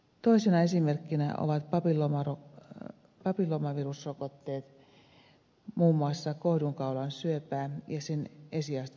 toisena esimerkkinä ovat papilloomavirusrokotteet muun muassa kohdunkaulan syövän esiastetta vastaan